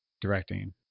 directing